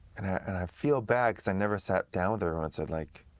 and i feel bad, because i never sat down with everyone and said like,